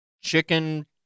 chicken